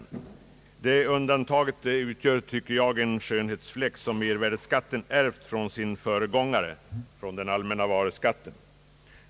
Detta undantag utgör enligt min mening en skönhetsfläck som mervärdeskatten fått ärva från sin föregångare, den allmänna varuskatten.